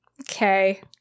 Okay